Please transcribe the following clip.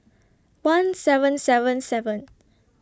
one seven seven seven